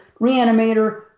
Reanimator